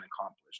accomplished